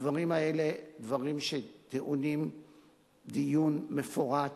הדברים האלה הם דברים שטעונים דיון מפורט,